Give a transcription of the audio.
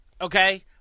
Okay